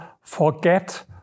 forget